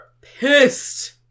Pissed